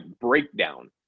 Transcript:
breakdown